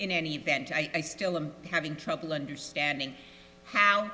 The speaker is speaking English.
in any event i still i'm having trouble understanding how